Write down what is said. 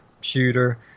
shooter